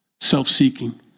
Self-seeking